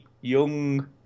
young